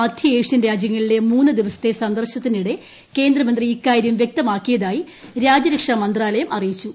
മധ്യ ഏഷ്യൻ രാജ്യങ്ങളിലെ മൂന്ന് ദിവസത്തെ സന്ദർശനത്തിനിടെ കേന്ദ്രമന്ത്രി ഇക്കാര്യം വ്യക്തമാക്കിയതായി രാജ്യരക്ഷാ മന്ത്രാലയം അറിയിച്ചു